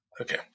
Okay